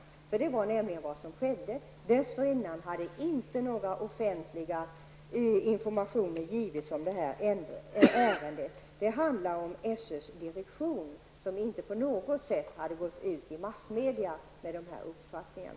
Detta var nämligen vad som skedde. Dessförinnan hade inte några offentliga informationer givits om detta ärende. SÖs direktion hade inte på något sätt gått ut i massmedia med dessa uppgifter.